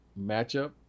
matchup